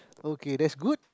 okay that's good